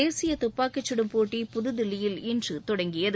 தேசிய துப்பாக்கிச் சுடும் போட்டி புதுதில்லியில் இன்று தொடங்கியது